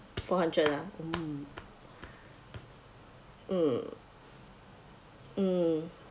four hundred ah mm mm mm